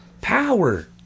Power